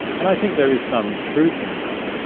and i think there is some truth in that.